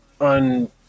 on